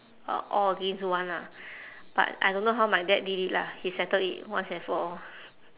uh all against one ah but I don't know how my dad did it lah he settle it once and for all